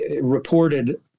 reported